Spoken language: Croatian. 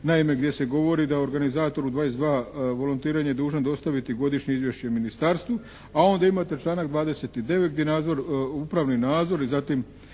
naime gdje se govori da organizator u 22. volontiranje je dužan dostaviti godišnje izvješće ministarstvu a ovdje imate članak 29. gdje upravni nadzor i zatim